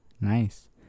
Nice